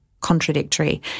contradictory